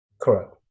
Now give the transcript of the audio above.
Correct